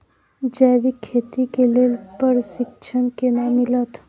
जैविक खेती के लेल प्रशिक्षण केना मिलत?